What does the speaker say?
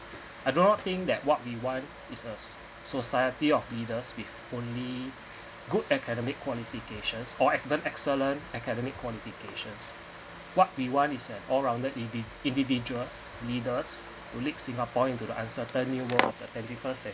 I do not think that what we want is a society of leaders with only good academic qualifications or ex~ excellent academic qualifications what we want is a all rounded indi~ individuals leaders to lead singapore into the uncertain new world of the twenty first century